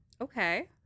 Okay